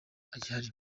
agihari